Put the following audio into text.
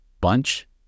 bunch